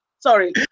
Sorry